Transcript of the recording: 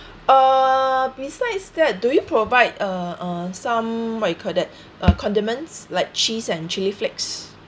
uh besides that do you provide uh uh some what you call that uh condiments like cheese and chilli flakes